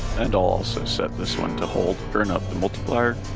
and i'll also set this one to hold, turn up the multiplier